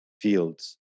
fields